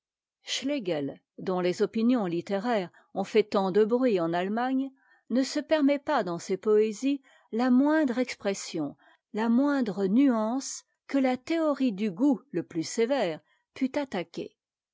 schlegel dont les opinions littéraires ont fait tant de bruit en allemagne ne se permet pas dans ses poésies la moindre expression la moindre nuance que la théorie du goût le plus sévère pût attaquer